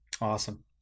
Awesome